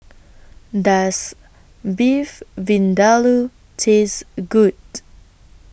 Does Beef Vindaloo Taste A Good